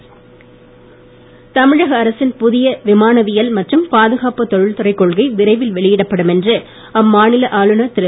புரோகித் தமிழக அரசின் புதிய விமானவியல் மற்றும் பாதுகாப்பு தொழல்துறை கொள்கை விரைவில் வெளியிடப்படும் என்று அம்மாநில ஆளுநர் திரு